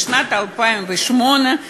משנת 2008,